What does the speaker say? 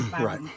Right